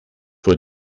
vor